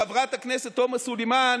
האשמת, חברת הכנסת תומא סולימאן,